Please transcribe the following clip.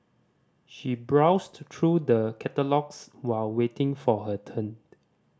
she browsed through the catalogues while waiting for her turn